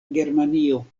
germanio